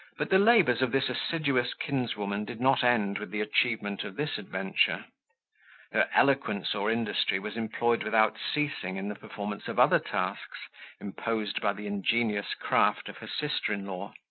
but the labours of this assiduous kinswoman did not end with the achievement of this adventure her eloquence or industry was employed without ceasing in the performance of other tasks imposed by the ingenious craft of her sister-in-law,